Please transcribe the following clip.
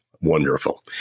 wonderful